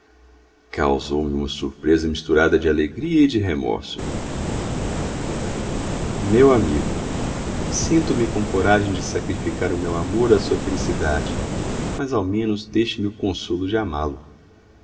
causou me uma surpresa misturada de alegria e de remorso meu amigo sinto-me com coragem de sacrificar o meu amor à sua felicidade mas ao menos deixe-me o consolo de amá-lo